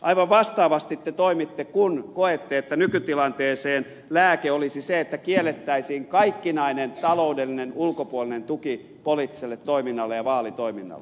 aivan vastaavasti te toimitte kun koette että nykytilanteeseen lääke olisi se että kiellettäisiin kaikkinainen ulkopuolinen taloudellinen tuki poliittiselle toiminnalle ja vaalitoiminnalle